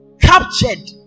captured